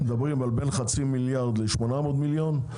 בסכום של בין חצי מיליארד ₪ ל- 800 מיליון ₪,